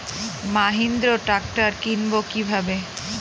Mahindra tractor কিনবো কি ভাবে?